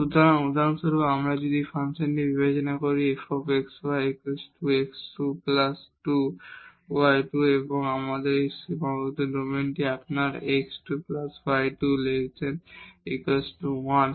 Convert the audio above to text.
সুতরাং উদাহরণস্বরূপ যদি আমরা এই ফাংশনটি বিবেচনা করি f x y x2 2 y2 এবং আমাদের এই সীমাবদ্ধ ডোমেনটি আপনার x2 y2≤1